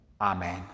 Amen